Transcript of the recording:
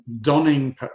donning